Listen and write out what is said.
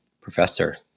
professor